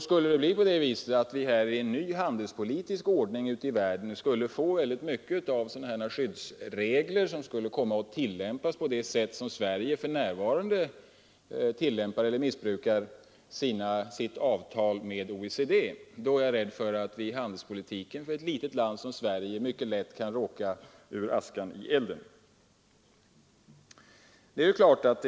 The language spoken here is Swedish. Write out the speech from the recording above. Skulle vi i en ny handelspolitisk ordning få skyddsregler som skulle komma att tillämpas på ett sådant sätt som Sverige gör med OECD:s regler är jag rädd för att ett litet land som Sverige inom handelspolitiken mycket lätt råkar ur askan i elden.